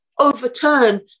overturn